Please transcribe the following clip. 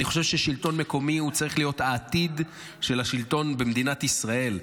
אני חושב שהשלטון המקומי צריך להיות העתיד של השלטון במדינת ישראל.